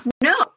No